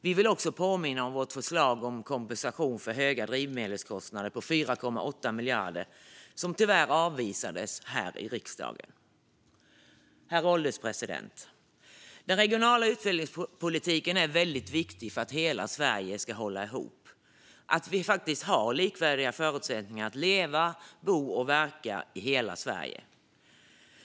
Vi vill påminna om vårt förslag om 4,8 miljarder till kompensation för höga drivmedelskostnader, som tyvärr avvisades här i riksdagen. Herr ålderspresident! Den regionala utvecklingspolitiken är viktig för att hela Sverige ska hålla ihop och för att vi ska ha likvärdiga förutsättningar att leva, bo och verka i hela Sverige.